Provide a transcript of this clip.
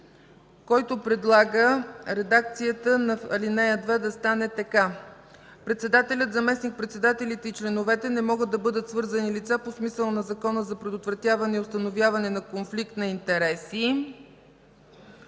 който предлага редакцията на ал. 2 да стане така: „Председателят, заместник-председателите и членовете не могат да бъдат свързани лица по смисъла на Закона за предотвратяване и установяване на конфликт на интереси”